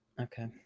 Okay